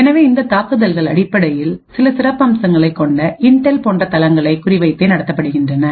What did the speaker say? எனவே இந்த தாக்குதல்கள் அடிப்படையில்சில சிறப்பம்சங்களை கொண்ட இன்டெல் போன்ற தளங்களை குறிவைத்தே நடத்தப்படுகின்றன